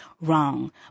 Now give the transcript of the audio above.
wrong